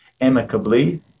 amicably